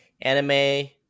anime